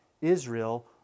Israel